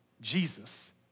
Jesus